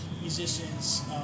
musicians